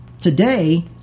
Today